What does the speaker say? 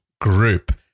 group